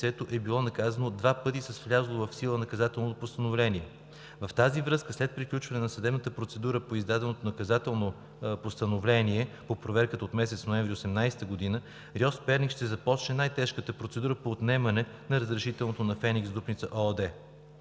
е било наказано два пъти с влязло в сила наказателно постановление. В тази връзка, след приключване на съдебната процедура по издаденото наказателно постановление по проверката от месец ноември 2018 г. РИОСВ – Перник, ще започне най-тежката процедура по отнемане на разрешителното на „Феникс Дупница“ ООД.